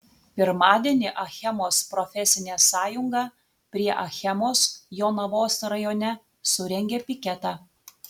pirmadienį achemos profesinė sąjunga prie achemos jonavos rajone surengė piketą